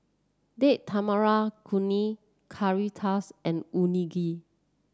Date Tamarind Chutney Currywurst and Unagi